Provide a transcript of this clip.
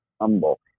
humble